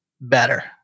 better